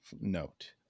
note